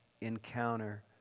encounter